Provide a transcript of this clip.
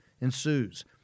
ensues